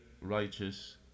righteous